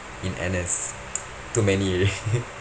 in N_S too many already